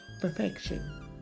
perfection